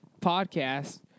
podcast